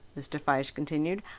mr. fyshe continued.